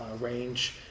range